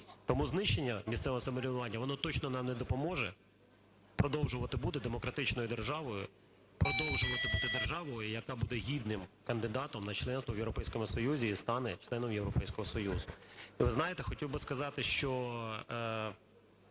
Тому знищення місцевого самоврядування, воно точно нам не допоможе продовжувати бути демократичною державою, продовжувати бути державою, яка буде гідним кандидатом на членство в Європейському Союзі і стане членом Європейського Союзу.